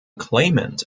claimant